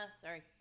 sorry